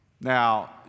now